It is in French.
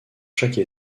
chaque